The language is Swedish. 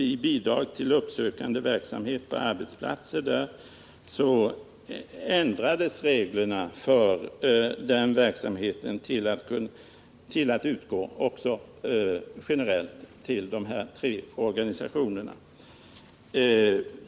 Reglerna för bidrag till uppsökande verksamhet på arbetsplatser ändrades då så att anslag för den verksamheten också skall utgå generellt till de här tre organisationerna.